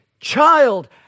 child